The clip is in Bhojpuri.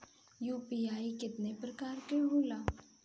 यू.पी.आई केतना प्रकार के होला?